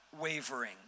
wavering